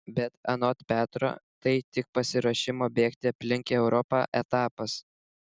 bet anot petro tai tik pasiruošimo bėgti aplink europą etapas